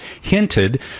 hinted